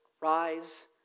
Rise